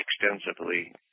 extensively